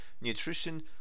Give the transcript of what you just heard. nutrition